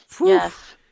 Yes